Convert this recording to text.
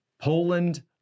Poland